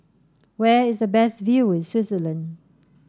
where is the best view in Switzerland